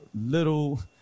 little